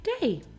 day